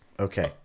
Okay